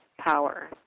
power